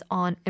on